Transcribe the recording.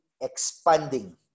expanding